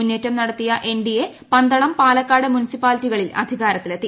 മുന്നേറ്റം നടത്തിയ എൻഡിഎ പന്തളം പാലക്കാട് മുനിസിപ്പാലിറ്റികളിൽ അധികാരത്തിലെത്തി